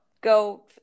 go